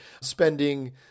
spending